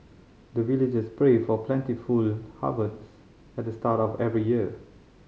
the villagers pray for plentiful harvest at the start of every year